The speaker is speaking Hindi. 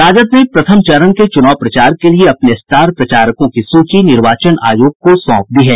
राजद ने प्रथम चरण के चुनाव प्रचार के लिए अपने स्टार प्रचारकों की सूची निर्वाचन आयोग को सौंपी दी है